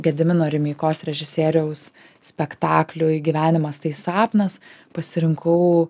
gedimino rimeikos režisieriaus spektakliui gyvenimas tai sapnas pasirinkau